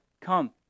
come